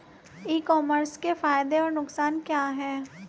ई commerce के फायदे और नुकसान क्या हैं?